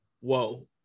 whoa